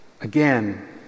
Again